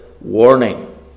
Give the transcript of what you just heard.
warning